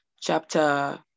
chapter